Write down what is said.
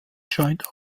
joint